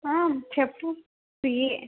చెప్పు ఫ్రీయే